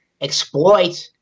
exploit